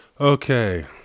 Okay